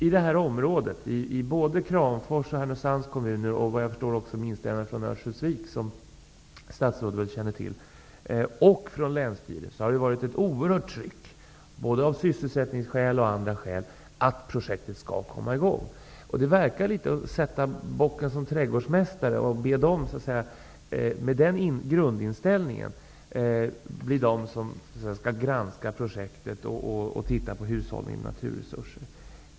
I det här området -- i både Örnsköldsvik och även från länsstyrelsen -- har det varit ett oerhört tryck, både av sysselsättningsskäl och av andra skäl, för att projektet skall komma i gång. Det verkar vara att sätta bocken som trädgårdsmästare att be dem, med den grundinställningen, vara de som skall granska projektet och titta på hushållningen med naturresurser.